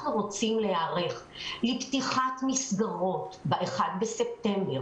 רוצים להיערך לפתיחת מסגרות ב-1 בספטמבר,